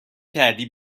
کردی